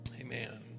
Amen